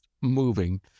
moving